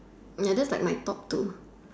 another like my top two